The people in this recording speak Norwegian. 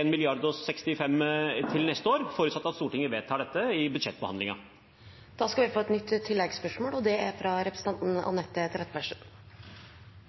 mrd. nye kroner til neste år, forutsatt at Stortinget vedtar dette i forbindelse med budsjettbehandlingen. Anette Trettebergstuen – til oppfølgingsspørsmål. Det virker som at kulturministeren ikke forstår at det